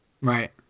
Right